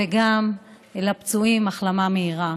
וגם לפצועים, החלמה מהירה.